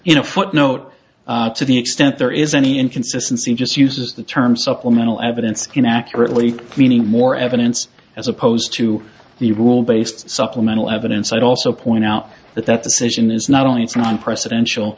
know footnote to the extent there is any inconsistency just uses the term supplemental evidence can accurately meaning more evidence as opposed to the rule based supplemental evidence i'd also point out that that decision is not only it's non presidential